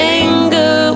anger